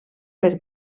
per